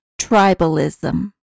tribalism